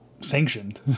sanctioned